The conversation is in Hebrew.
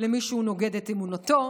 למי שהוא נוגד את אמונתו,